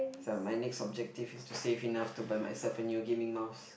so my next objective is to save enough to buy myself a new gaming mouse